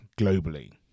globally